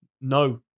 no